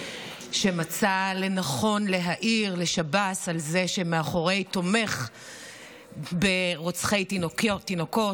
שמצא לנכון להעיר לשב"ס על זה שמאחורי תומך ברוצחי תינוקות,